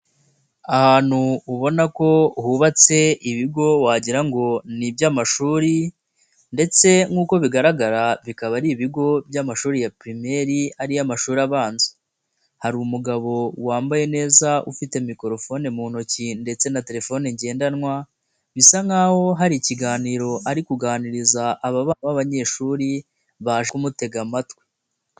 Ahantu ubona ko hubatse ibigo wagirango ngo ni iby'amashuri, ndetse nk'uko bigaragara bikaba ari ibigo by'amashuri ya primaire ariyo mashuri abanza. Hari umugabo wambaye neza ufite mikorofone mu ntoki ndetse na telefone ngendanwa, bisa nk'ahoa hari ikiganiro ari kuganiriza aba bana b'abanyeshuri baje kumutega amatwi.